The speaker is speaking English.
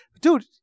dude